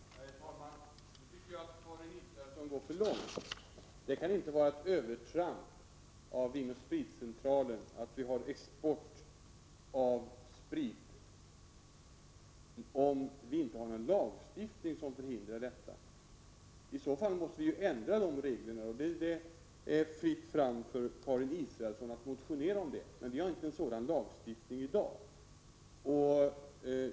Herr talman! Nu tycker jag att Karin Israelsson går för långt. Det kan inte innebära något övertramp från Vin & Spritcentralens sida att vi exporterar sprit när vi inte har någon lagstiftning som förhindrar detta. I så fall måste vi ändra lagarna. Och det är fritt fram för Karin Israelsson att motionera om detta, men i dag har vi inte någon sådan lagstiftning.